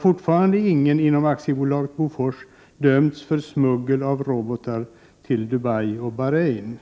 Fortfarande har ingen inom AB Bofors, trots att det alltså har gått sex år, dömts för smuggel av robotar till Dubai och Bahrein.